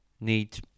need